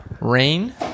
Rain